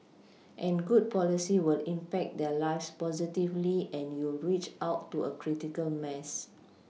a good policy will impact their lives positively and you'll reach out to a critical mass